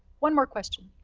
one more question.